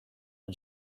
and